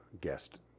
guest